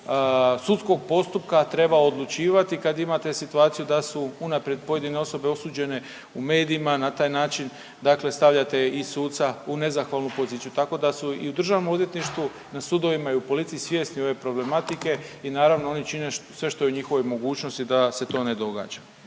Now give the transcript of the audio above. sudskog postupka trebao odlučivati kad imate situaciju da su unaprijed pojedine osobe osuđene u medijima, na taj način dakle stavljate i suca u nezahvalnu poziciju. Tako da su i u Državnom odvjetništvu, na sudovima i u policiji svjesni ove problematike i naravno oni čine sve što je u njihovoj mogućnosti da se to ne događa.